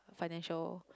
financial